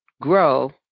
grow